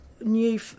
New